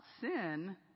sin